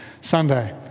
Sunday